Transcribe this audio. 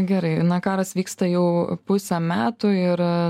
gerai na karas vyksta jau pusę metų ir